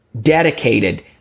dedicated